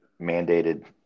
mandated